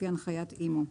לפי הנחיית אימ"ו.